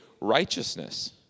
righteousness